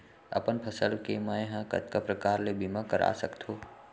अपन फसल के मै ह कतका प्रकार ले बीमा करा सकथो?